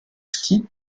ski